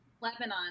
Lebanon